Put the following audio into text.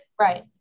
Right